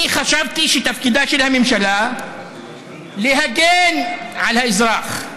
אני חשבתי שתפקידה של הממשלה להגן על האזרח,